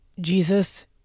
Jesus